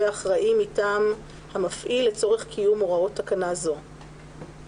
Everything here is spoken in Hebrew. אחראי מטעם המפעיל לצורך קיום הוראות תקנה זו,